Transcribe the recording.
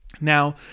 Now